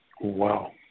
Wow